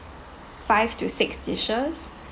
five to six dishes